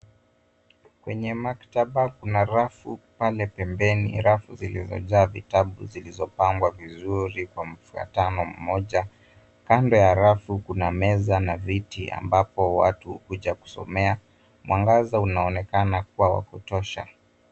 Kwenye maktaba kuna rafu pale pembeni. Rafu zilizojaa vitabu zilizopangwa vizuri kwa mfuatano mmoja. Kando ya rafu kuna meza na viti ambapo watu huja kusomea. Mwangaza unaonekana kua wa kutosha.